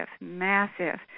massive